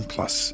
Plus